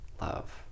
love